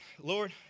Lord